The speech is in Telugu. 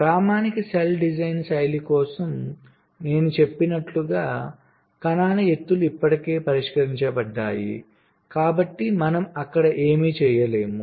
ప్రామాణిక సెల్ డిజైన్ శైలి కోసం నేను చెప్పినట్లుగా కణాల ఎత్తులు ఇప్పటికే పరిష్కరించబడ్డాయి కాబట్టి మనంఅక్కడ ఏమీ చేయలేము